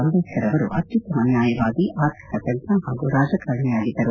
ಅಂಬೇಡ್ಕರ್ ಅವರು ಅತ್ತುತ್ತಮ ನ್ನಾಯವಾದಿ ಆರ್ಥಿಕ ತಜ್ಜ ರಾಜಕಾರಣಿಯಾಗಿದ್ದರು